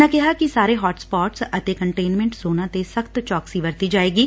ਉਨ੍ਹਾਂ ਕਿਹਾ ਕਿ ਸਾਰੇ ਹੋਟ ਸਪੋਟ ਅਤੇ ਕੰਨਟੇਨਮੈਂਟ ਜੋਨਾਂ ਤੇ ਸਖ਼ਤ ਚੌਕਸੀ ਵਰਤੀ ਜਾਏਗੀ